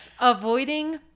Avoiding